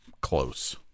close